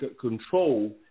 control